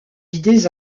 idées